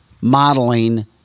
modeling